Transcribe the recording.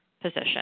position